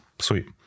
Sweet